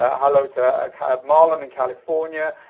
ah hello to ah kind of marlon in california.